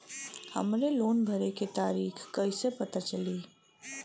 हमरे लोन भरे के तारीख कईसे पता चली?